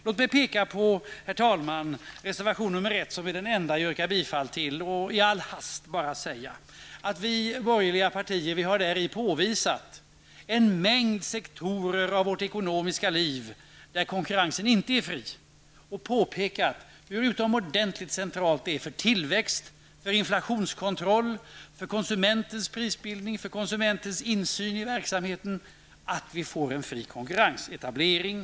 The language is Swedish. Jag vill peka på reservation 1, som är den enda reservation i detta betänkande som jag yrkar bifall till. I all hast vill jag bara säga att vi i de borgerliga partierna i reservation 1 påvisar en mängd sektorer inom det ekonomiska området där konkurrensen inte är fri. Vi understryker hur utomordentligt centralt det är för tillväxt, för inflationskontroll, för prisbildningen med tanke på konsumenten och för konsumentens insyn i verksamheten att vi får en fri konkurrensetablering.